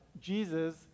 Jesus